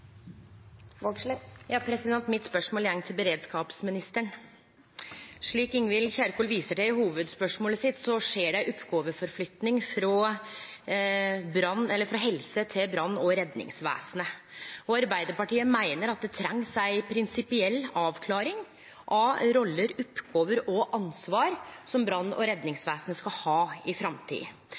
til oppfølgingsspørsmål. Mitt spørsmål går til beredskapsministeren. Slik Ingvild Kjerkol viser til i hovudspørsmålet sitt, skjer det ei oppgåveflytting frå helsevesenet til brann- og redningsvesenet. Arbeidarpartiet meiner at det trengs ei prinsipiell avklaring av roller, oppgåver og ansvar som brann- og redningsvesenet skal ha i framtida.